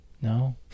No